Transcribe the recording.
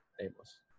nameless